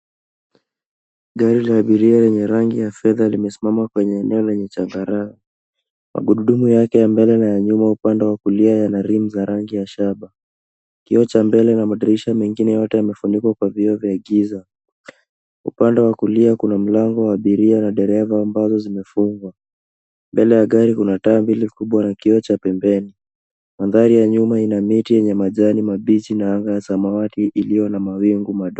Gari la abiria lenye rangi ya fedha limesimama kwenye eneo lenye changarawe, magurudumu yake ya mbele na ya nyuma upande wa kulia yana rimu za rangi ya shaba ,kioo cha mbele na madirisha mengine yote yamefunikwa kwa vyoo vya giza ,upande wa kulia kuna mlango wa abiria na dereva ambazo zimefungwa, mbele ya gari kuna taa mbili kubwa na kioo cha pembeni ,mandhari ya nyuma ina miti yenye majani mabichi na anga samawati iliyo na mawingu madogo.